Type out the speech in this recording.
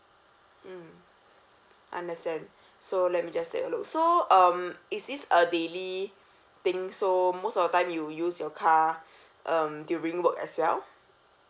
mm understand so let me just take a look so um is this a daily thing so most of the time you use your car um during work as well